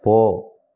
போ